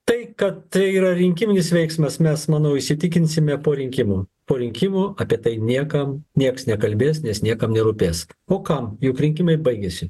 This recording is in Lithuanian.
tai kad tai yra rinkiminis veiksmas mes manau įsitikinsime po rinkimų po rinkimų apie tai niekam nieks nekalbės nes niekam nerūpės o kam juk rinkimai baigėsi